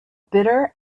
bitter